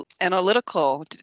analytical